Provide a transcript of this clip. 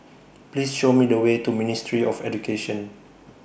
Please Show Me The Way to Ministry of Education